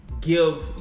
give